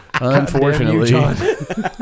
Unfortunately